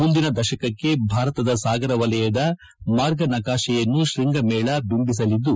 ಮುಂದಿನ ದಶಕಕ್ಕೆ ಭಾರತದ ಸಾಗರ ವಲಯದ ಮಾರ್ಗ ನಕಾಶೆಯನ್ನು ಶೃಂಗಮೇಳ ಬಿಂಬಿಸಲಿದ್ದು